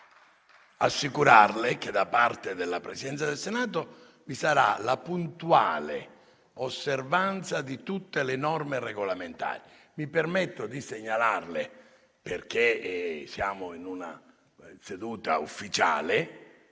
solo assicurarle che da parte della Presidenza del Senato vi sarà la puntuale osservanza di tutte le norme regolamentari. Mi permetto di segnalarle, perché siamo in una seduta ufficiale,